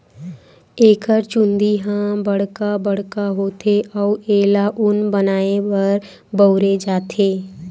एकर चूंदी ह बड़का बड़का होथे अउ एला ऊन बनाए बर बउरे जाथे